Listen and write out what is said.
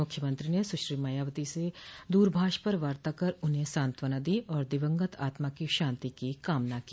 मुख्यमंत्री ने सुश्री मायावती से दूरभाष पर वार्ता कर उन्हें सांत्वना दी और दिवंगत आत्मा की शांति की कामना की